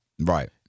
right